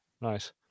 Nice